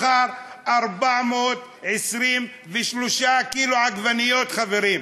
הוא מכר 423 קילו עגבניות, חברים.